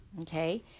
okay